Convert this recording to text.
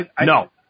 No